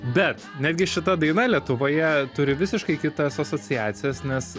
bet netgi šita daina lietuvoje turi visiškai kitas asociacijas nes